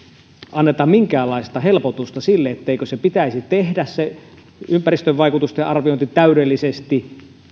anneta minkäänlaista helpotusta sille etteikö pitäisi tehdä sitä ympäristövaikutusten arviointia täydellisesti